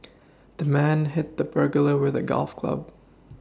the man hit the burglar with a golf club